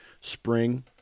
spring